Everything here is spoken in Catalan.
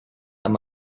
amb